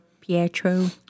Pietro